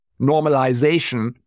normalization